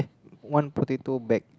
one potato bag